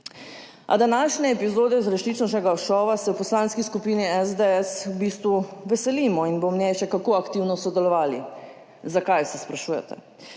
A današnje epizode iz resničnostnega šova se v Poslanski skupini SDS v bistvu veselimo in bo v njej še kako aktivno sodelovali. Zakaj, se sprašujete,